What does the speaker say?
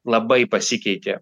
labai pasikeitė